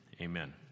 amen